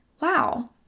wow